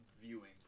viewing